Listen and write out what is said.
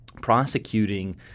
prosecuting